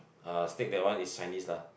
uh snake that one is Chinese lah